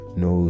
no